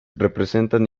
representan